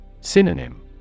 Synonym